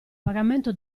pagamento